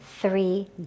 three